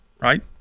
right